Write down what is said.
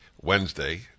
Wednesday